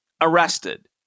arrested